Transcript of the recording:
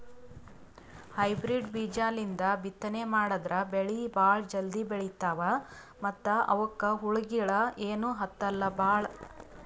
hybrid ಬೀಜಾಲಿಂದ ಬಿತ್ತನೆ ಮಾಡದ್ರ್ ಬೆಳಿ ಭಾಳ್ ಜಲ್ದಿ ಬೆಳೀತಾವ ಮತ್ತ್ ಅವಕ್ಕ್ ಹುಳಗಿಳ ಏನೂ ಹತ್ತಲ್ ಭಾಳ್